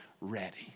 ready